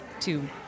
two